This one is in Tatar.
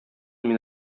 мин